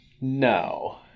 No